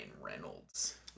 Reynolds